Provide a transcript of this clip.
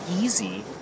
easy